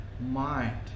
mind